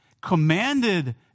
commanded